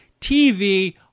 TV